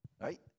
right